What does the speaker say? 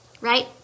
right